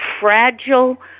fragile